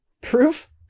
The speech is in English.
Proof